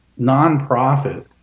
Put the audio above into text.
nonprofit